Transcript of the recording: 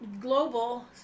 global